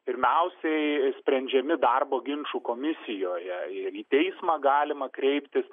pirmiausiai sprendžiami darbo ginčų komisijoje ir į teismą galima kreiptis